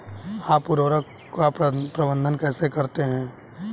आप उर्वरक का प्रबंधन कैसे करते हैं?